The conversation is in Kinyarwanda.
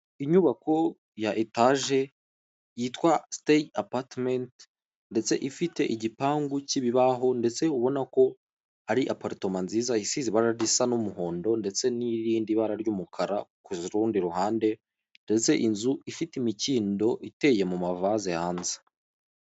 Inyubako ya etaje yitwa steyi apatimeti ndetse ifite igipangu cy'ibibaho ndetse ubona ko ari aparitoma nziza isize risa n'umuhondo ndetse n'irindi bara ry'umukara k'urundi ruhande ndetse inzu ifite imikindo iteye mu mavase hanze.